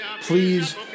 please